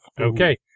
Okay